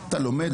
אתה לומד,